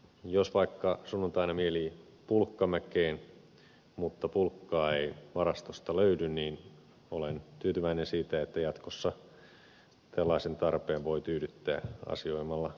jos vaikka sunnuntaina mielii pulkkamäkeen mutta pulkkaa ei varastosta löydy niin olen tyytyväinen siitä että jatkossa tällaisen tarpeen voi tyydyttää asioimalla lähimarketissa